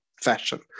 fashion